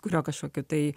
kurio kašokiu tai